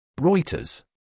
Reuters